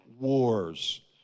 wars